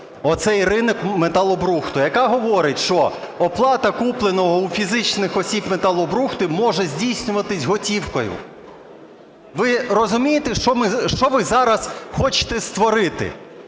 оцей ринок металобрухту. Яка говорить, що оплата, купленого у фізичних осіб металобрухту, може здійснюватися готівкою. Ви розумієте, що ви зараз хочете створити?